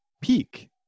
peak